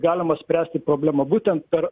galima spręsti problemą būtent per